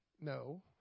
No